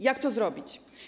Jak to zrobić?